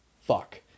Fuck